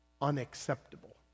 unacceptable